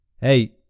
Hey